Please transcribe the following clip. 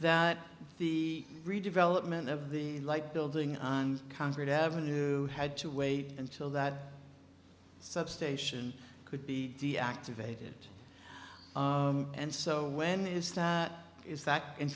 that the redevelopment of the like building on concrete avenue had to wait until that substation could be deactivated and so when is that is that in